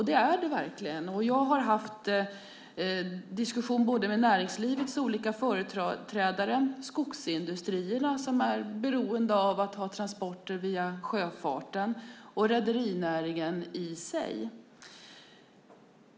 Det är det verkligen, och jag har haft diskussion både med näringslivets olika företrädare, skogsindustrierna som är beroende av att ha transporter via sjöfarten och rederinäringen i sig.